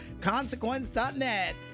consequence.net